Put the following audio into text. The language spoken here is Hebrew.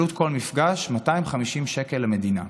עלות כל מפגש 250 שקלים למדינה.